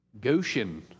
Goshen